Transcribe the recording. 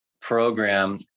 program